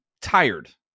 tired